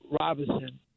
Robinson